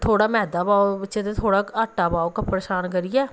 थोह्ड़ा मैद्दा पाओ बिच ते थोह्ड़ा आटा पाओ कपड़ा शान करियै